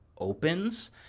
opens